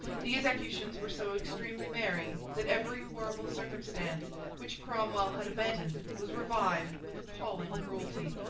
these executions were so extremely merry, that every horrible circumstance which cromwell had abandoned was revived with appalling cruelty.